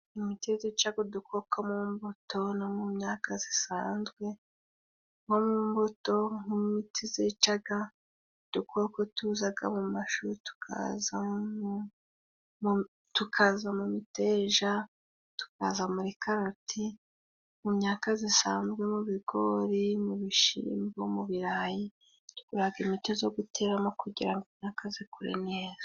Imiti zicaga udukoko mu mbuto no mu myaka zisanzwe. Nko mu mbuto nk'imiti zicaga udukoko tuzaga mu mashu, tukaza tukaza mu miteja, tukaza muri karoti mu myaka zisanzwe mu bigori, mu bishimbo, mu birarayi, tuguraga imiti zo guteramo kugira ngo imyaka zikure neza.